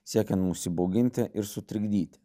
siekiant mus įbauginti ir sutrikdyti